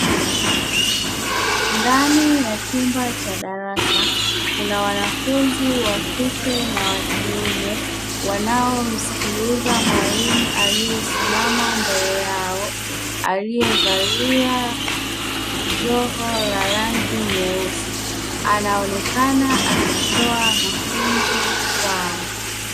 Ndani ya chumba cha darasa kuna wanafunzi wa kike na wa kiume, wanaomsikiliza mwalimu aliyesimama mbele yao aliyevalia joho la rangi nyeusi, anaonekana akitoa mafunzo kwao.